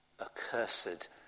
accursed